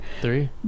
Three